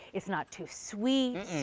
it's not too sweet,